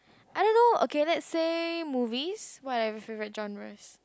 I don't know okay let's say movies what are your favourite genres